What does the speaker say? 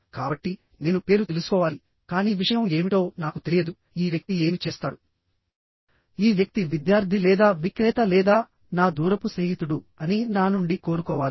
కాబట్టి నేను పేరు తెలుసుకోవాలి కానీ విషయం ఏమిటో నాకు తెలియదు ఈ వ్యక్తి ఏమి చేస్తాడు ఈ వ్యక్తి విద్యార్థి లేదా విక్రేత లేదా నా దూరపు స్నేహితుడు అని నా నుండి కోరుకోవాలి